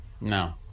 No